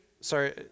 Sorry